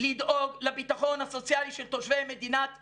לדאוג לביטחון הסוציאלי של תושבי מדינת ישראל,